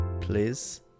please